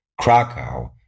Krakow